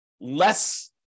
less